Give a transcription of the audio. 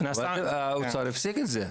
אבל האוצר הפסיק את זה.